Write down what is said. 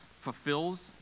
fulfills